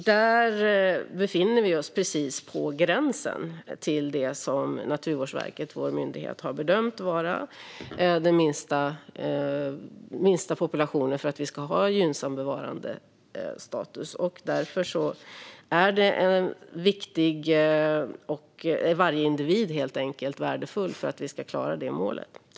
Där befinner vi oss precis på gränsen till det som Naturvårdsverket, vår myndighet, har bedömt vara den minsta populationen för att vi ska ha en gynnsam bevarandestatus. Varje individ är värdefull för att vi ska klara det målet.